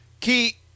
Key